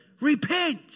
Repent